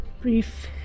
brief